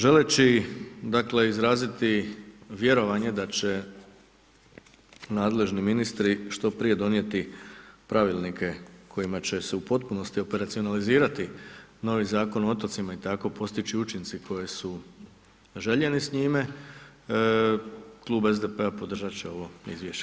Želeći dakle, izraziti vjerovanje, da će nadležni ministri što prije donijeti pravilnike kojima će se u potpunosti operacionalizirati novi Zakon o otocima i tako postići učinci koji su željeni s njime, Klub SDP-a podržati će ovo izvješće.